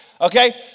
Okay